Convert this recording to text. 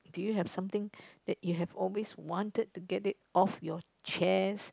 do you have something that you have always wanted to get it of your chance